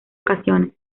ocasiones